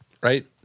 Right